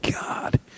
God